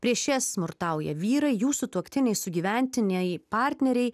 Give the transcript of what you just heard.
prieš jas smurtauja vyrai jų sutuoktiniai sugyventiniai partneriai